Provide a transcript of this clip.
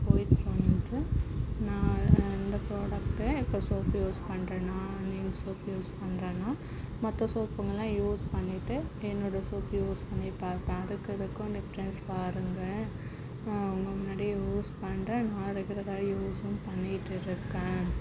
போய் சொல்லிட்டு நான் அந்த ப்ராடக்ட்டை இப்போது சோப்பு யூஸ் பண்ணுறேனா நீம் சோப் யூஸ் பண்ணுறேனா மற்ற சோப்புங்களெலாம் யூஸ் பண்ணிவிட்டு என்னுடய சோப்பு யூஸ் பண்ணி பார்ப்பேன் அதுக்கு இதுக்கும் டிஃபரென்ட்ஸ் பாருங்க நான் முன்னாடி யூஸ் பண்ணுறேன் நான் ரெகுலராகவே யூஸும் பண்ணிக்கிட்டு இருக்கேன்